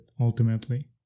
ultimately